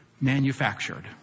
manufactured